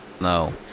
No